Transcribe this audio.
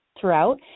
throughout